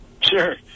Sure